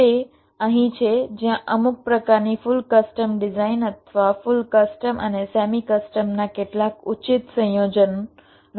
તે અહીં છે જ્યાં અમુક પ્રકારની ફુલ કસ્ટમ ડિઝાઇન અથવા ફુલ કસ્ટમ અને સેમી કસ્ટમના કેટલાક ઉચિત સંયોજનનો ઉપયોગ કરી શકાય છે